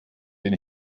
den